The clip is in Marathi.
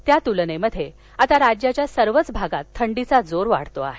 त्या तुलनेत आता राज्याच्या सर्वच भागात थंडीचा जोर वाढतो आहे